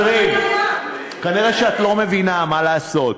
נראה שאת לא מבינה, מה לעשות.